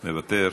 מוותר.